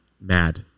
mad